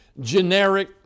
generic